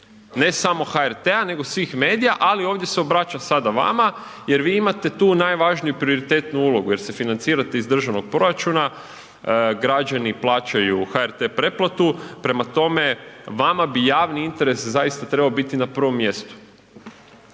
ne samo HRT-a, nego svih medija, ali ovdje se obraćam sada vama jer vi imate tu najvažniju prioritetnu ulogu jer se financirate iz državnog proračuna, građani plaćaju HRT pretplatu, prema tome vama bi javni interes zaista trebao biti na prvom mjestu.